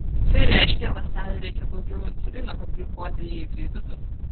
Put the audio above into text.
tai reiškia ląstelei reikia daugiau insulino kad gliukozė įeitų į vidų